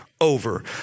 over